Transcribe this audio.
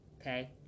Okay